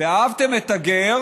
"ואהבתם את הגר